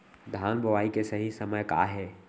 धान बोआई के सही समय का हे?